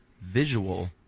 visual